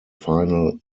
final